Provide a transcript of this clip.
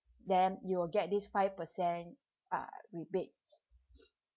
then you will get these five percent uh rebates